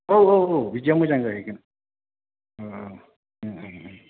औ औ बिदिया मोजां जाहैगोन